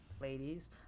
Ladies